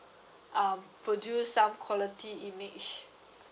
um produce some quality image